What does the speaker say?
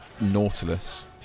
Nautilus